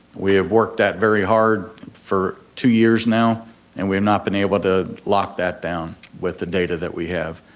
we have worked that very hard for two years now and we have not been able to lock that down with the data that we have.